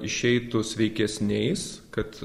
išeitų sveikesniais kad